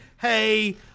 hey